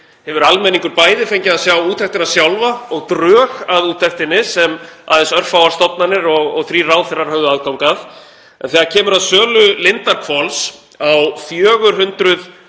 hefur almenningur bæði fengið að sjá úttektina sjálfa og drög að úttektinni sem aðeins örfáar stofnanir og þrír ráðherrar höfðu aðgang að. En þegar kemur að sölu Lindarhvols á 400